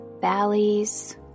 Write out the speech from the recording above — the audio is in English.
valleys